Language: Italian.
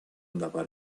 andava